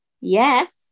Yes